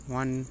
one